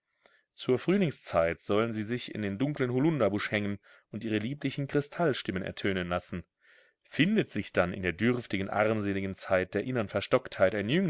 zur frühlingszeit sollen sie sich in den dunklen holunderbusch hängen und ihre lieblichen kristallstimmen ertönen lassen findet sich dann in der dürftigen armseligen zeit der innern verstocktheit